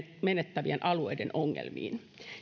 menettävien alueiden ongelmiin